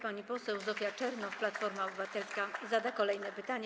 Pani poseł Zofia Czernow, Platforma Obywatelska, zada kolejne pytanie.